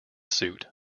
suit